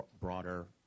broader